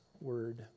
word